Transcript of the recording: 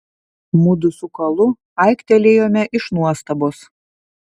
mudu su kalu aiktelėjome iš nuostabos